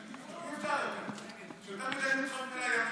חוק ומשפט נתקבלה.